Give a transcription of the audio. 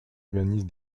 organise